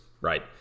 Right